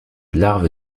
larve